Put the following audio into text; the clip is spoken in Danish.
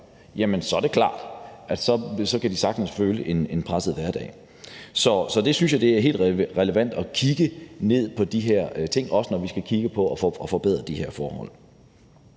før, er det klart, at de sagtens kan føle, at de har en presset hverdag. Derfor synes jeg, det er helt relevant at se på de her ting, når vi skal kigge på at forbedre de her forhold.